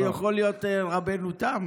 זה יכול להיות רבנו תם.